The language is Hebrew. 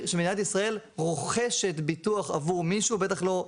ואם יש כזאת אפשרות,